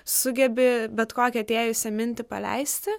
sugebi bet kokią atėjusią mintį paleisti